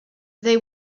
they